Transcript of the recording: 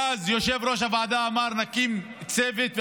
מאז שיושב-ראש הוועדה אמר: נקים צוות,